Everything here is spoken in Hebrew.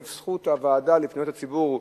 בזכות הוועדה לפניות הציבור.